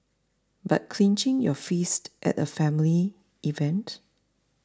but clenching your fists at a family event